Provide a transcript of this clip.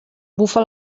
bufa